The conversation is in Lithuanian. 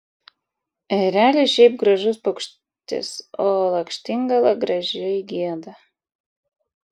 erelis šiaip gražus paukštis o lakštingala gražiai gieda